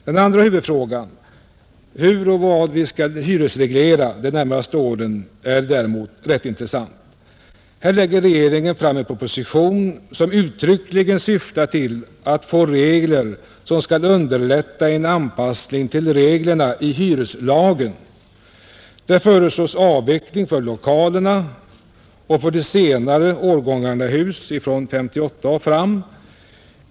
Den andra huvudfrågan — hur och vad vi skall hyresreglera de närmaste åren — är däremot rätt intressant. Regeringen lägger fram en proposition som uttryckligen syftar till att få regler som skall underlätta en anspassning till reglerna i hyreslagen. Där föreslås avveckling av hyresregleringen för lokaler och för hus som färdigställts efter år 1957.